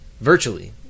virtually